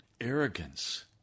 arrogance